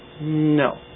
No